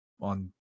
on